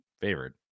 favorite